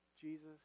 Jesus